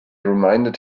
reminded